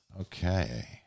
Okay